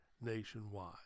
nationwide